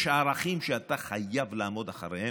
יש ערכים שאתה חייב לעמוד מאחוריהם.